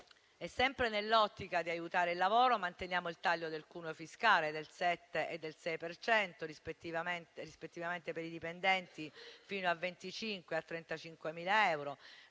Sempre nell'ottica di aiutare il lavoro, manteniamo il taglio del cuneo fiscale del 7 e del 6 per cento, rispettivamente per i dipendenti fino a 25.000 e